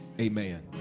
Amen